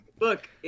Look